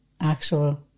actual